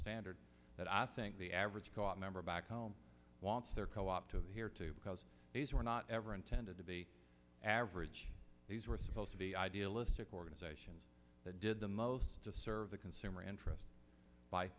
standards that i think the average co op member back home wants their co op to hear too because these were not ever intended to be average these were supposed to be idealistic organisations that did the most to serve the consumer interest by